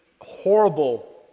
horrible